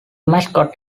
mascot